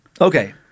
Okay